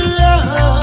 love